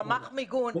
רמ"ח מיגון,